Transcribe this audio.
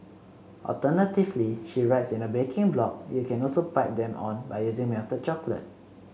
alternatively she writes in her baking blog you can also pipe them on by using melted chocolate